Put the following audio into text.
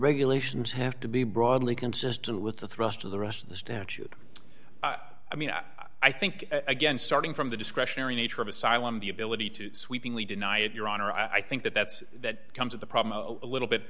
regulations have to be broadly consistent with the thrust of the rest of the statute i mean i think again starting from the discretionary nature of asylum the ability to sweepingly deny it your honor i think that that's that comes of the problem a little bit